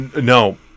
no